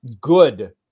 good